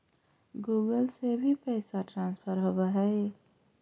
Google से भी पैसा ट्रांसफर होवहै?